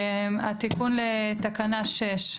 התיקון לתקנה 6,